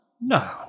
No